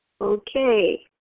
Okay